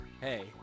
Hey